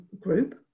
group